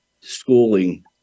schooling